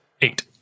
eight